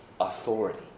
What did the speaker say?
authority